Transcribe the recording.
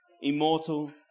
immortal